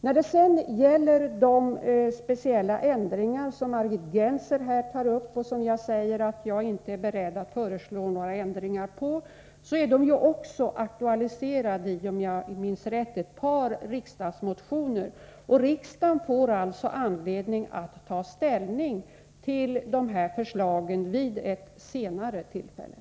När det sedan gäller de speciella ändringar som Margit Gennser tar upp och som jag säger att jag inte är beredd att föreslå, så är de också aktualiserade — om jag minns rätt — i ett par riksdagsmotioner. Riksdagen får alltså anledning att ta ställning till dessa förslag vid ett senare tillfälle.